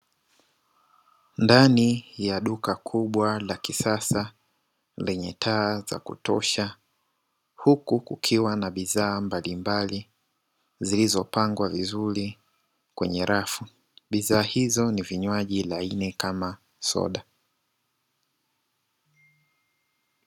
Ndani ya duka kubwa la kisasa lenye taa za kutosha huku kukiwa na bidhaa mbalimbali zilizopangwa vizuri kwenye rafu. bidhaa hizo ni vinywaji laini kama soda.